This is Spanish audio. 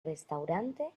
restaurante